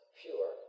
pure